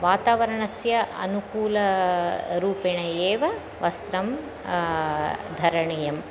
वातावरणस्य अनुकूलरूपेण एव वस्त्रं धरणीयम्